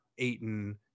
Aiton